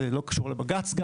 זה לא קשור לבג"ץ גם.